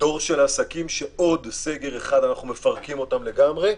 ודור של עסקים שעוד סגר אחד אנחנו מפרקים אותם לגמרי,